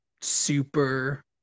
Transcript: super